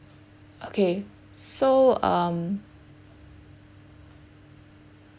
okay so um